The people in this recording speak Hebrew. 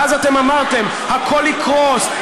ואז אתם אמרתם: הכול יקרוס,